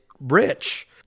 rich